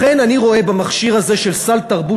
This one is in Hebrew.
לכן אני רואה במכשיר הזה של סל תרבות